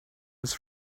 his